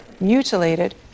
mutilated